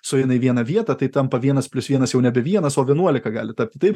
sueina į vieną vietą tai tampa vienas plius vienas jau nebe vienas o vienuolika gali tapti taip